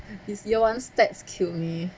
is year one stats kill me